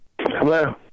Hello